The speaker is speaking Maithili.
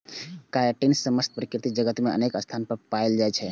काइटिन समस्त प्रकृति जगत मे अनेक स्थान पर पाएल जाइ छै